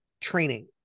training